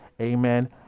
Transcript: amen